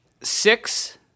six